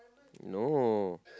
no